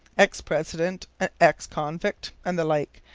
ex-president, an ex-convict, and the like.